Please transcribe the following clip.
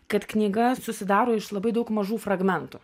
kad knyga susidaro iš labai daug mažų fragmentų